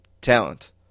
talent